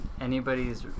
anybody's